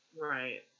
Right